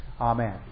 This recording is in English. Amen